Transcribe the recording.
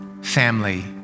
family